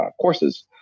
courses